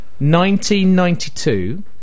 1992